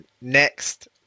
next